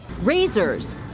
razors